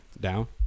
Down